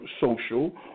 social